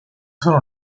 solo